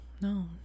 no